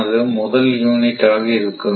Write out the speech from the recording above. ஆனது முதல் யூனிட் ஆக இருக்கும்